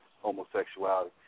homosexuality